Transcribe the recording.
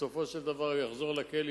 בסופו של דבר הוא יחזור לכלא,